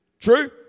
True